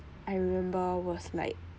I remember was like